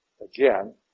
again